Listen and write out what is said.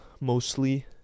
mostly